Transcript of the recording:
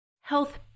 health